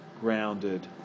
grounded